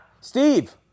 Steve